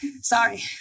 Sorry